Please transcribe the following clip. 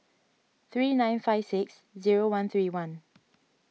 three nine five six zero one three one